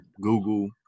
Google